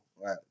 right